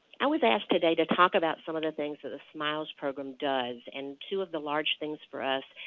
i was asked today to talk about some of the things the smiles program does, and two of the large things for us.